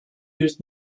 used